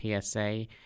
PSA